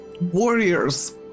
warriors